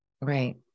Right